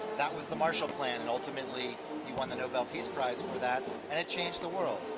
that was the marshall plan and ultimately he won the nobel peace prize for that and it changed the world.